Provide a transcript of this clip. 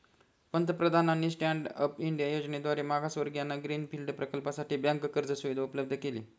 पंतप्रधानांनी stand up India योजनेद्वारे मागासवर्गीयांना ग्रीन फील्ड प्रकल्पासाठी बँक कर्ज सुविधा उपलब्ध केली